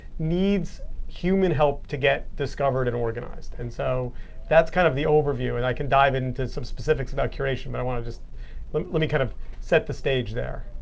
needs human help to get discovered and organized. and so that's kind of the overview. and i can dive into some specifics about curation, but i want to just let let me kind of set the stage there.